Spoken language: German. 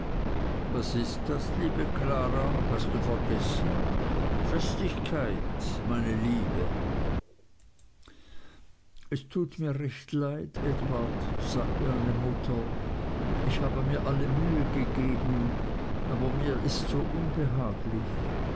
was ist das liebe klara hast du vergessen festigkeit meine liebe es tut mir recht leid edward sagte meine mutter ich habe mir alle mühe gegeben aber mir ist so unbehaglich